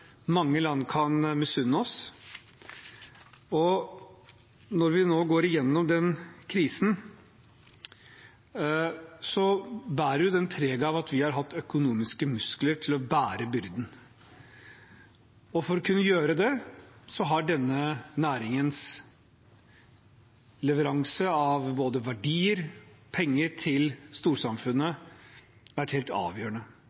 mange land kan misunne oss, og når vi nå går igjennom den krisen, bærer den preg av at vi har hatt økonomiske muskler til å bære byrden. For å kunne gjøre det har denne næringens leveranser av både verdier og penger til storsamfunnet vært helt avgjørende.